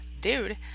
dude